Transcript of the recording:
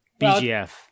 BGF